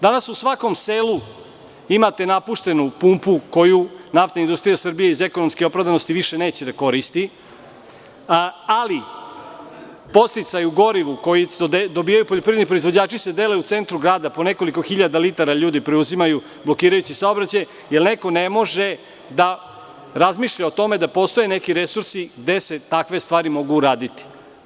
Danas u svakom selu imate napuštenu pumpu koju Naftna industrija Srbije iz ekonomske opravdanosti više neće da koristi, ali podsticaj u gorivu koji dobijaju poljoprivredni proizvođači se dele u centru grada, po nekoliko hiljada litara ljudi preuzimaju, blokirajući saobraćaj, jer neko ne može da razmišlja o tome da postoje neki resursi gde se takve stvari mogu uraditi.